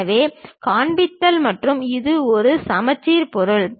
எனவே காண்பித்தல் மற்றும் இது ஒரு சமச்சீர் பொருள்